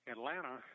Atlanta